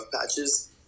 patches